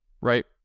right